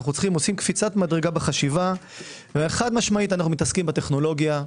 אנו עושים קפיצת מדרגה בחשיבה וחד משמעית אנו מתעסקים בטכנולוגיה.